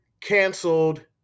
canceled